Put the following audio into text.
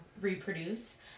reproduce